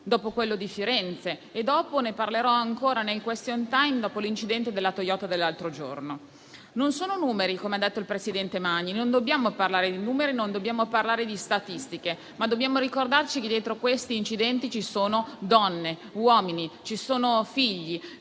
dopo quello di Firenze e dopo quello di cui parlerò ancora nel corso del *question time*, ovvero l'incidente alla Toyota dell'altro giorno. Non sono numeri, come ha detto il presidente Magni: non dobbiamo parlare di numeri, né di statistiche, ma dobbiamo ricordarci che dietro questi incidenti ci sono donne e uomini e ci sono figli,